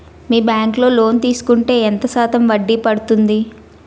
మీ bank లో loan తీసుకుంటే ఎంత శాతం వడ్డీ పడ్తుంది?